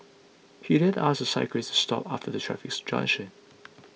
he then asked the cyclist to stop after the traffic junction